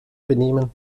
benehmen